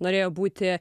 norėjau būti